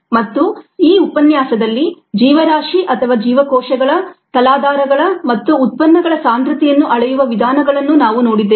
ಮತ್ತು ಈ ಉಪನ್ಯಾಸದಲ್ಲಿ ಜೀವರಾಶಿ ಅಥವಾ ಜೀವಕೋಶಗಳ ತಲಾಧಾರಗಳ ಮತ್ತು ಉತ್ಪನ್ನಗಳ ಸಾಂದ್ರತೆಯನ್ನು ಅಳೆಯುವ ವಿಧಾನಗಳನ್ನು ನಾವು ನೋಡಿದ್ದೇವೆ